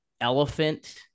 elephant